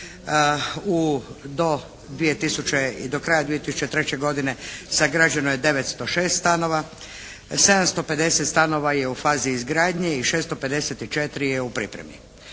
do kraja 2003. godine sagrađeno je 906 stanova. 750 stanova je u fazi izgradnje i 654 je u pripremi.